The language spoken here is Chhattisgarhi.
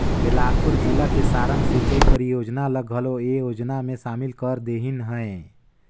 बेलासपुर जिला के सारंग सिंचई परियोजना ल घलो ए योजना मे सामिल कर देहिनह है